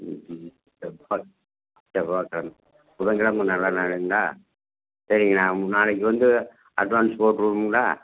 இன்றைக்கி செவ்வாய் செவ்வாய் கெழம புதன் கெழம நல்ல நாளுங்களா சரிங்க நான் நாளைக்கு வந்து அட்வான்ஸ் போட்டு விடட்டுங்களா